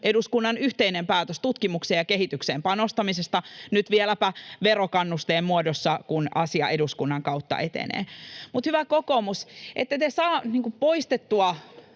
eduskunnan yhteinen päätös tutkimukseen ja kehitykseen panostamisesta, nyt vieläpä verokannusteen muodossa, kun asia eduskunnan kautta etenee. Mutta hyvä kokoomus, ette te saa poistettua,